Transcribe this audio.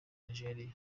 nigeria